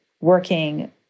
working